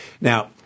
Now